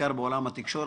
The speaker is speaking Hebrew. בעיקר בעולם התקשורת,